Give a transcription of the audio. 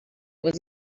was